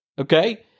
Okay